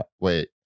wait